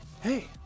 Hey